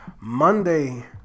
Monday